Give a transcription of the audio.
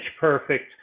perfect